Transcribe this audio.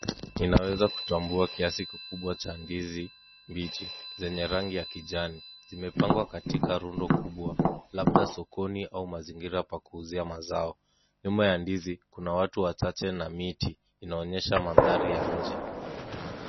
Naweza kutambua kiasi kikubwa cha ndizi yenye rangi ya kijani. Zimepangwa katika rundo kubwa, labda sokoni au mazingira pa kuuzia mazao. Nyuma ya ndizi kuna watu wachache na miti inaonyesha manthari ya nje.